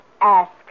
Ask